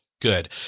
good